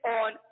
on